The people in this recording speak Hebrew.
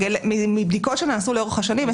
מבדיקות שנעשו לאורך השנים,